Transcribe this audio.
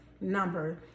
number